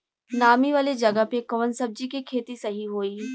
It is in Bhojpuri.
नामी वाले जगह पे कवन सब्जी के खेती सही होई?